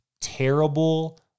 terrible